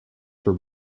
for